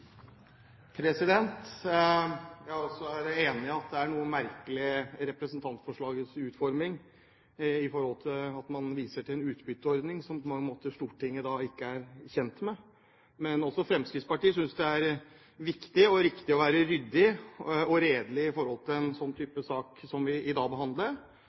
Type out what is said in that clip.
at det er noe merkelig i representantforslagets utforming, for man viser til en utbytteordning som Stortinget på mange måter ikke er kjent med. Men også Fremskrittspartiet synes det er viktig og riktig å være ryddig og redelig i en sånn type sak som vi i dag behandler,